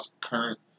current